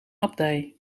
abdij